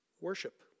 worship